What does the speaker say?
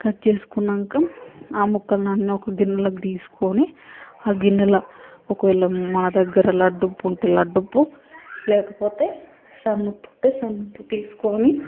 cut చేసుకున్నాక ఆ ముక్కలనన్నీ ఒక గిన్నెలోకి తీసుకొని ఆ గిన్నెల ఒకవేళ మా దగ్గర లడ్డు ఉప్పు ఉంటే లడ్డు ఉప్పు లేకపోతే సన్న ఉప్పు ఉంటే సన్న ఉప్పు తీసుకోని